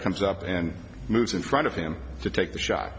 comes up and moves in front of him to take the shot